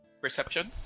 Perception